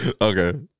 Okay